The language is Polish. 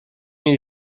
jej